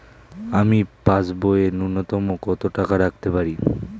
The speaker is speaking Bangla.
আমি পাসবইয়ে ন্যূনতম কত টাকা রাখতে পারি?